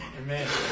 Amen